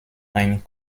ein